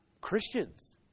Christians